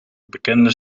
bekende